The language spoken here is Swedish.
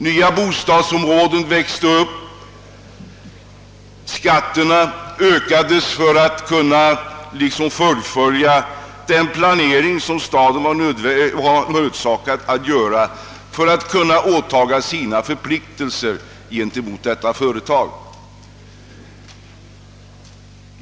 Nya bostadsområden växte upp och skatterna ökades för att underlätta fullföljandet av den planering som staden var nödsakad att göra med hänsyn till sina påtagna förpliktelser gentemot företaget.